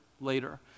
later